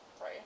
Right